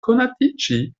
konatiĝi